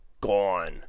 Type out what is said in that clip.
gone